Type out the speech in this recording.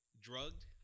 drugged